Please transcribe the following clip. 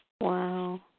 Wow